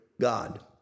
God